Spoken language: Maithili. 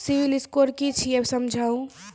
सिविल स्कोर कि छियै समझाऊ?